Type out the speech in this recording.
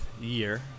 year